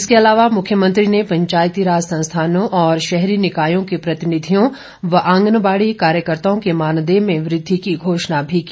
इसके अलावा मुख्यमंत्री ने पंचायती राज संस्थानों और शहरी निकायों के प्रतिनिधियों और आंगनवाड़ी कार्यकर्ताओं के मानदेय में वृद्धि की घोषणा भी की